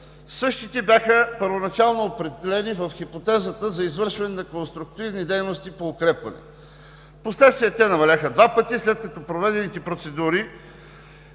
Същите бяха първоначално определени в хипотезата за извършване на конструктивни дейности по укрепването. Впоследствие те намалява два пъти, след като от проведените процедури